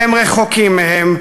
והם רחוקים מהם,